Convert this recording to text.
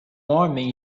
homem